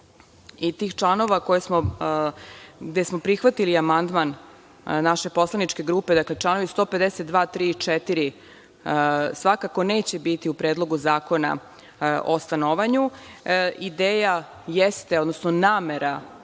i tih članova koje smo, gde smo prihvatili amandman naše poslaničke grupe, znači članovi 152, 153. i 154, svakako neće biti u Predlogu zakona o stanovanju. Ideja jeste, odnosno namera